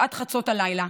שעת חצות הלילה,